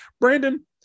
Brandon